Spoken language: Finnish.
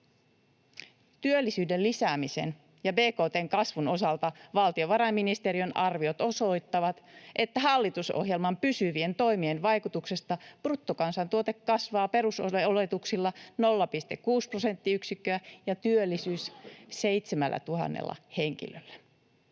Työllisyyden lisäämisen ja bkt:n kasvun osalta valtiovarainministeriön arviot osoittavat, että hallitusohjelman pysyvien toimien vaikutuksesta bruttokansantuote kasvaa perusoletuksilla 0,6 prosenttiyksikköä ja työllisyys 7 000 henkilöllä.